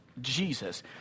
Jesus